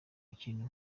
ikintu